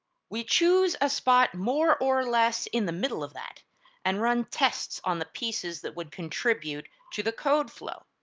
we choose a spot more or less in the middle of that and run tests on the pieces that would contribute to the code flow.